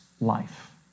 life